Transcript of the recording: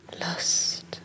Lust